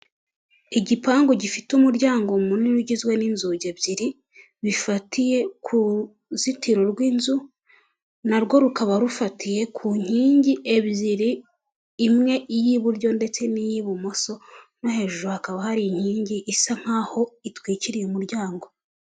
Igipangu gifite umuryango munini ugizwe n'inzugi ebyiri bifatiye k'uruzitiro rw'inzu narwo rukaba rufatiye ku nkingi ebyiri imwe iy'iburyo ndetse n'iy'ibumoso no hejuru hakaba hari inkingi isa nk' itwikiriye umuryango.